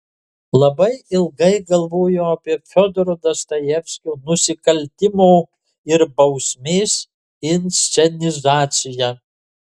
labai ilgai galvojau apie fiodoro dostojevskio nusikaltimo ir bausmės inscenizaciją